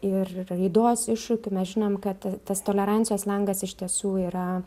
ir raidos iššūkių mes žinom kad tas tolerancijos langas iš tiesų yra